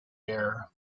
air